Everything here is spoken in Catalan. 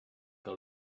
que